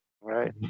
Right